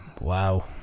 Wow